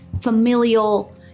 familial